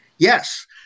Yes